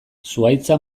zuhaitza